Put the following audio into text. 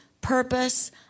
purpose